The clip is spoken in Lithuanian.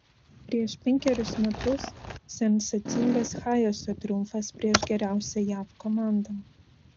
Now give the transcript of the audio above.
prieš penkerius metus sensacingas hayeso triumfas prieš geriausią jav komandą